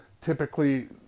Typically